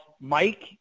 mike